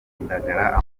indagara